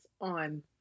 on